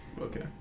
okay